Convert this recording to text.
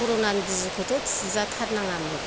कर'नानि बिजिखौथ' थुजाथारनाङामोन